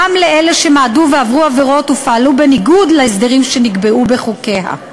לאלה שמעדו ועברו עבירות ופעלו בניגוד להסדרים שנקבעו בחוקיה.